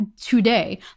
today